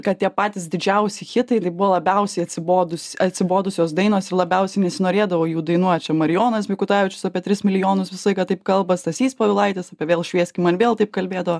kad tie patys didžiausi hitai tai buvo labiausiai atsibodus atsibodusios dainosir labiausiai nesinorėdavo jų dainuotčia marijonas mikutavičius apie tris milijonus visą laiką taip kalba stasys povilaitis apie vėl švieski man vėl taip kalbėdavo